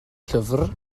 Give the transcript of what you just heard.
llyfr